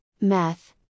meth